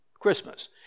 Christmas